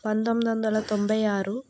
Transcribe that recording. పంతొమ్మిది వందల తొంభై ఆరు